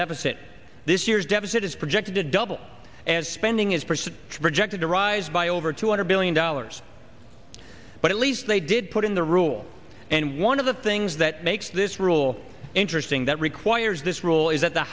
deficit this year's deficit is projected to double and spending is person projected to rise by over two hundred billion dollars but at least they did and the rule and one of the things that makes this rule interesting that requires this rule is that the